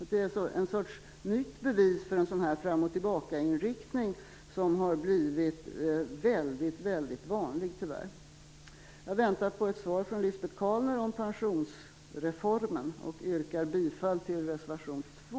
Det är en sorts nytt bevis för den fram-och-tillbaka-inriktning som tyvärr har blivit väldigt, väldigt vanlig. Jag väntar på ett svar från Lisbet Calner om pensionsreformen och yrkar bifall till reservation 2.